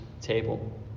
table